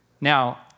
Now